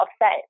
upset